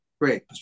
great